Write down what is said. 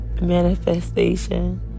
manifestation